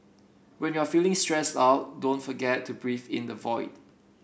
when you are feeling stressed out don't forget to breath into void